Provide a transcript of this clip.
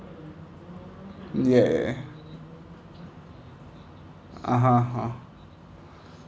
ya ya (uh huh)(uh huh)